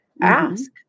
ask